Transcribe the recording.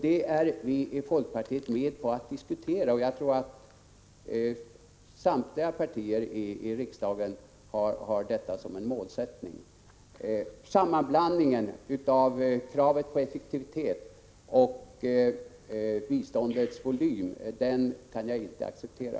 Det är vi i folkpartiet med på att diskutera, och jag tror att samtliga partier i riksdagen har detta som en målsättning. Sammanblandningen av kravet på effektivitet och biståndsvolym kan jag inte acceptera.